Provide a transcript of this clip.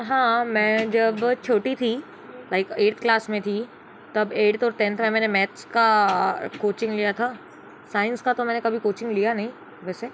हाँ मैं जब छोटी थी लाइक ऐर्थ क्लास में थी तब एट्थ और टैंथ में मैंने मैथ्स का कोचिंग लिया था साइंस का तो मैंने कभी कोचिंग लिया नहीं वैसे